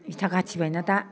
इथा गाथिबाय ना दा